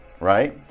Right